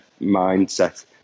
mindset